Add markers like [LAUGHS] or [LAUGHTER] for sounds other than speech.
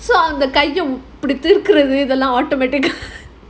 so அந்த கைய திருகுறதுலாம்:andha kaiya thirukurathellaam automatic [LAUGHS]